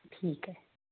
ठीक आहे